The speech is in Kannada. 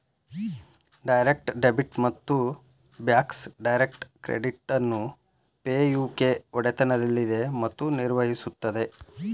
ಡೈರೆಕ್ಟ್ ಡೆಬಿಟ್ ಮತ್ತು ಬ್ಯಾಕ್ಸ್ ಡೈರೆಕ್ಟ್ ಕ್ರೆಡಿಟ್ ಅನ್ನು ಪೇ ಯು ಕೆ ಒಡೆತನದಲ್ಲಿದೆ ಮತ್ತು ನಿರ್ವಹಿಸುತ್ತದೆ